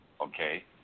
okay